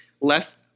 less